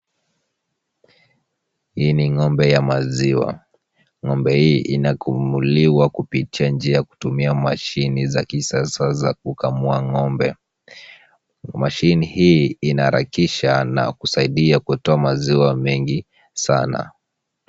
Hii ni ng'ombe ya maziwa. Ng'ombe hii inakamuliwa kupitia njia ya kutumia mashine za kisasa za kukamua ng'ombe. Mashine hii inaharakisha na kusaidia kuweka maziwa mengi sana.